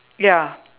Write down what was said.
ya